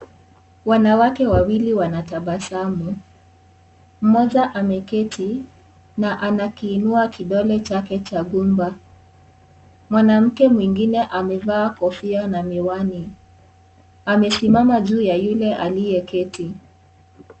Wanawamke wawili wanatabasamu. Mmoja ameketi na anakiinua kidole chake cha gumba. Mwanamke mwengine amevaa kofia na miwani. Amesimama juu ya yule akiyeketi.